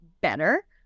better